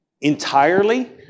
entirely